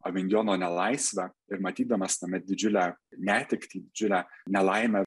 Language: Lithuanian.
avinjono nelaisvę ir matydamas tame didžiulę netektį didžiulę nelaimę